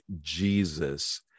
Jesus